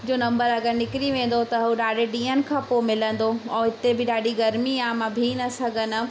जो नंबर अगरि निकरी वेंदो त उहो ॾाढे ॾीहनि खां पोइ मिलंदो और हिते बि ॾाढी गरमी आहे मां बिह न सघंदमि